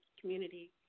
community